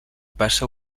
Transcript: passa